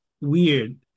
weird